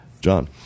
John